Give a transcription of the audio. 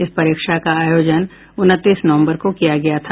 इस परीक्षा का आयोजन उनतीस नवंबर को किया गया था